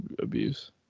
abuse